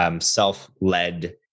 self-led